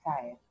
tired